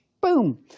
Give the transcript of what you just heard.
boom